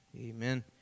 Amen